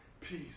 peace